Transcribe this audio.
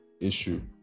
issue